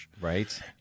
Right